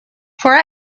for